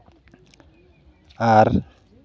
ᱟᱨ